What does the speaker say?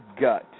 gut